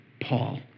Paul